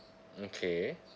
okay